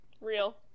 Real